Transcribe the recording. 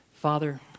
Father